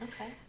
Okay